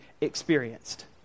experienced